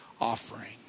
offering